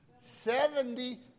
Seventy